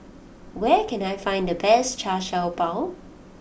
where can I find the best Char Siew Bao